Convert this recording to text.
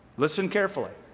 listen carefully